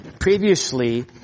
Previously